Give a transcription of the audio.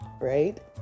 right